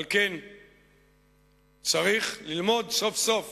על כן צריך ללמוד סוף-סוף